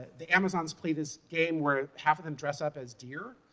the amazons play this game where half of them dress up as deer,